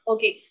Okay